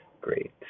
great